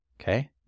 Okay